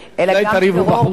סגן השר, אולי תריבו בחוץ?